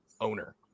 owner